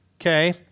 Okay